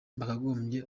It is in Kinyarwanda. bakagombye